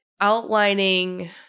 outlining